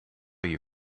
you